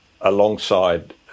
alongside